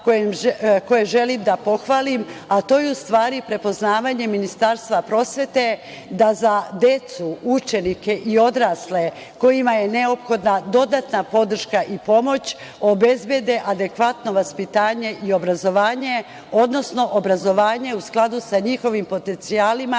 koje želim da pohvalim, a to je u stvari prepoznavanje Ministarstva prosvete da za decu, učenike i odrasle kojima je neophodna dodatna podrška i pomoć obezbede adekvatno vaspitanje i obrazovanje, odnosno obrazovanje u skladu sa njihovim potencijalima